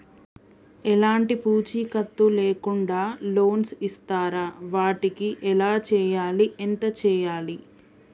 ఎలాంటి పూచీకత్తు లేకుండా లోన్స్ ఇస్తారా వాటికి ఎలా చేయాలి ఎంత చేయాలి?